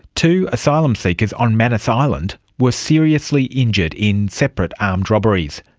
two asylum seekers on manus island were seriously injured in separate armed robberies.